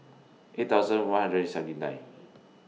eight thousand one hundred and seventy nine